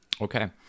Okay